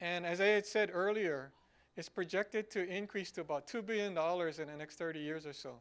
and as a said earlier it's projected to increase to about two billion dollars and next thirty years